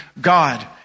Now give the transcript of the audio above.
God